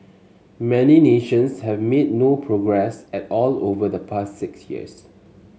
many nations have made no progress at all over the past six years